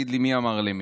ותגיד לי מי אמר למי,